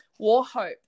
Warhope